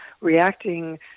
reacting